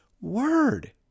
word